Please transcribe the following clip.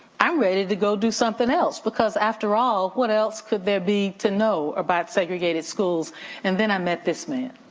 i'm ready to go do something else, because after all, what else could there be to know about segregated schools and then i met this man,